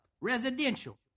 Residential